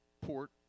port